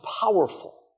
powerful